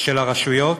של הרשויות,